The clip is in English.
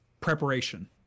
preparation